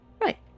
right